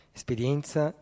Esperienza